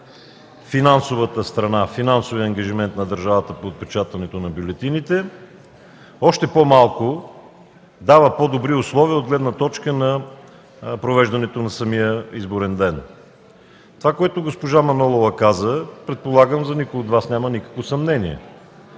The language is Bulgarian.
финансовата страна, финансовия ангажимент на държавата по отпечатването на бюлетините, още по-малко дава по-добри условия от гледна точка на провеждането на самия изборен ден. Това, което госпожа Манолова каза, предполагам за никой от Вас няма никакво съмнение,